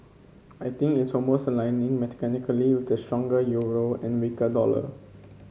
I think it's almost aligning mechanically with the stronger euro and weaker dollar